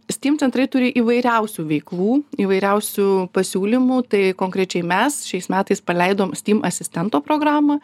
steam centrai turi įvairiausių veiklų įvairiausių pasiūlymų tai konkrečiai mes šiais metais paleidom steam asistento programą